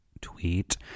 tweet